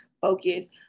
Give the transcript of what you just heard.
focus